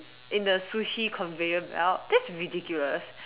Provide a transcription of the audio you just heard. in the Sushi conveyor belt that's ridiculous